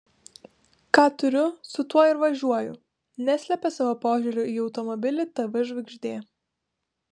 ką turiu su tuo ir važiuoju neslepia savo požiūrio į automobilį tv žvaigždė